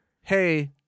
hey